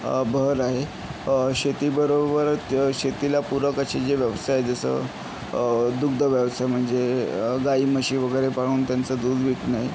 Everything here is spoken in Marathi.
भर आहे शेतीबरोबरच शेतीला पूरक असे जे व्यवसाय जसं दुग्ध व्यवसाय म्हणजे गाई म्हशी वगैरे पाळून त्यांचं दूध विकणे